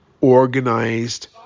Organized